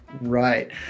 Right